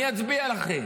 מי יצביע לכם?